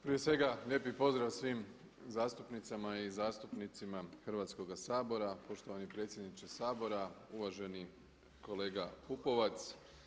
Prije svega lijepi pozdrav svim zastupnicama i zastupnicima Hrvatskoga sabora, poštovani predsjedniče Sabora, uvaženi kolega Pupovac.